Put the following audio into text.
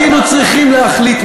במקום זה היינו צריכים, הרי אתה כתבת.